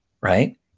right